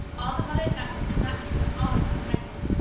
all the mother's effort could not keep them always contented.